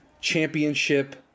championship